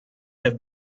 have